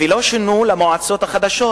ולא שינו למועצות החדשות,